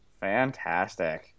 Fantastic